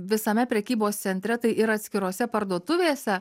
visame prekybos centre tai yra atskirose parduotuvėse